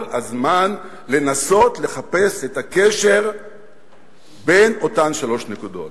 כל הזמן לנסות לחפש את הקשר בין אותן שלוש נקודות.